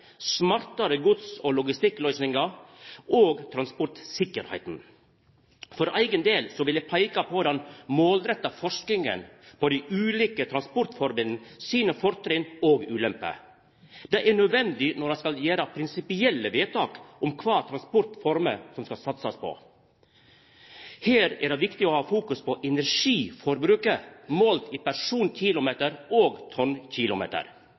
smartare gods- og logistikkløysingar og transportsikkerheita. For eigen del vil eg peika på den målretta forskinga på dei ulike transportformene sine fortrinn og ulemper. Det er nødvendig når ein skal gjera prinsipielle vedtak om kva for transportformer som det skal satsast på. Her er det viktig å ha fokus på energiforbruket målt i personkilometer og tonnkilometer.